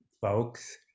folks